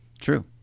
True